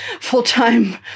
full-time